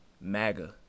maga